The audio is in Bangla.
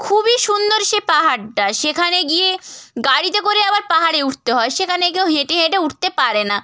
খুবই সুন্দর সে পাহাড়টা সেখানে গিয়ে গাড়িতে করে আবার পাহাড়ে উঠতে হয় সেখানে কেউ হেঁটে হেঁটে উঠতে পারে না